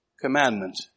commandment